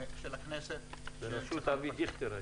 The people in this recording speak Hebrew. של הכנסת --- בראשות אבי דיכטר.